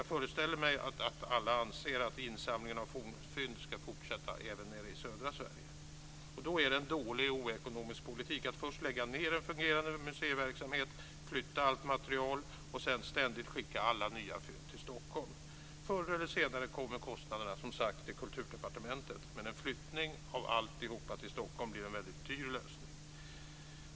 Jag föreställer mig att alla anser att insamlingen av fornfynd ska fortsätta även nere i södra Sverige. Då är det en dålig och oekonomisk politik att först lägga ned en fungerande museiverksamhet, flytta allt material och sedan ständigt skicka alla nya fynd till Stockholm. Förr eller senare kommer kostnaderna, som sagt, till Kulturdepartementet. Men en flyttning av alltihop till Stockholm blir en väldigt dyr lösning.